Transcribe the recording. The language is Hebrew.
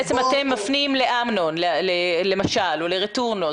אז בעצם אתם מפנים לאמנון, למשל, או לרטורנו.